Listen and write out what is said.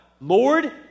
Lord